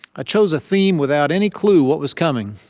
ah chose a theme without any clue what was coming.